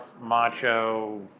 macho